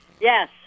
Yes